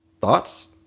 Thoughts